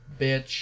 bitch